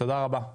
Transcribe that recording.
תודה רבה.